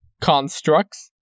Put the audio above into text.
constructs